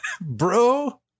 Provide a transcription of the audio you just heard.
bro